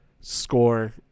score